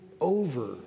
over